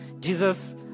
Jesus